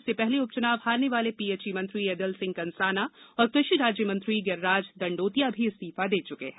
इससे पहले उपच्नाव हारने वाले पीएचई मंत्री ऐदल सिंह कंसाना और कृषि राज्य मंत्री गिर्राज दंडोतिया भी इस्तीफा दे चुके हैं